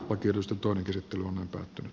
on tietysti toinen käsittely on päättynyt